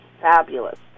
fabulous